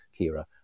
Kira